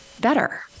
better